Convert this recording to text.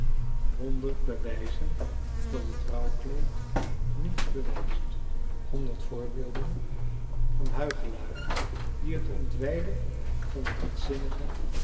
honderd bewijzen dat het rouwkleed niets bewijst honderd voorbeelden van huichelaren die het ontwijdden van lichtzinnigen